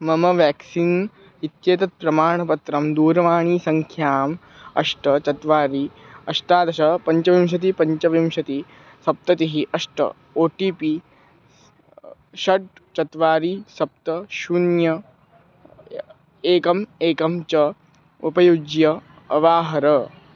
मम व्याक्सीन् इत्येतत् प्रमाणपत्रं दूरवाणीसङ्ख्याम् अष्ट चत्वारि अष्टादश पञ्चविंशतिः पञ्चविंशतिः सप्ततिः अष्ट ओ टि पि षट् चत्वारि सप्त शून्यं एकम् एकं च उपयुज्य अवाहर